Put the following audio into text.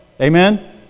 Amen